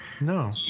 No